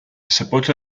sepolto